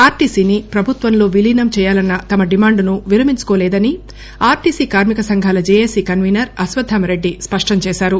ఆర్టీసీని ప్రభుత్వంలో విలీనం చేయాలన్న తమ డిమాండును విరమించోకోలేదని ఆర్టీసీ కార్మిక సంఘాల జేఏసీ కన్వీనర్ అశ్వద్ధామరెడ్డి స్పష్టం చేశారు